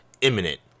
imminent